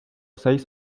seis